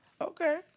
Okay